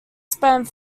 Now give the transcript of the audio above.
spent